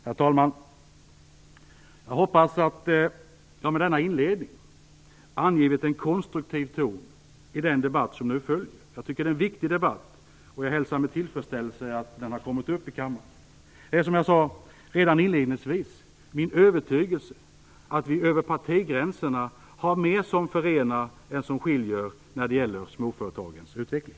Herr talman! Jag hoppas att jag med denna inledning har angivit en konstruktiv ton i den debatt som nu följer. Jag tycker att det är en viktig debatt, och jag hälsar med tillfredsställelse att den har kommit upp i kammaren. Det är, som jag redan inledningsvis sade, min övertygelse att det finns mer som förenar än som skiljer över partigränserna när det gäller småföretagens utveckling.